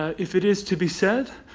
if it is to be said,